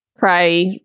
Cry